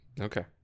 Okay